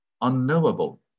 unknowable